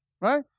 Right